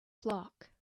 flock